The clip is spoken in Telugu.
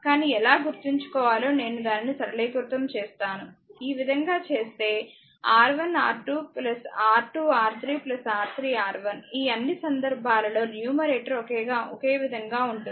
కానీ ఎలా గుర్తుంచుకోవాలో నేను దానిని సరళీకృతం చేస్తాను ఈ విధంగా చేస్తే R1R2 R2R3 R3R1 ఈ అన్నీ సందర్భాలలో న్యూమరేటర్ ఒకే విధంగా ఉంటుంది